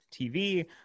TV